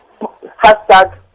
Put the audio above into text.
hashtag